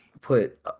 put